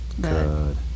Good